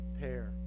pair